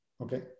okay